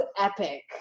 epic